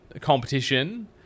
competition